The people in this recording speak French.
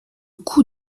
coût